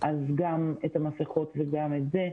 גם את המסכות וגם את זה,